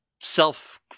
self-